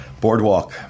boardwalk